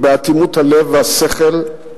באטימות הלב והשכל.